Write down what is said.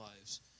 lives